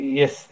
yes